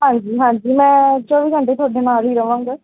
ਹਾਂਜੀ ਹਾਂਜੀ ਮੈਂ ਚੌਵੀ ਘੰਟੇ ਤੁਹਾਡੇ ਨਾਲ ਹੀ ਰਹਾਂਗਾ